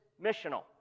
missional